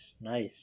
Nice